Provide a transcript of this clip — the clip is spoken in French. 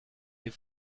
les